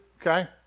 okay